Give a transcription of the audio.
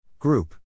Group